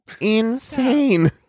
insane